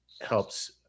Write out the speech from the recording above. helps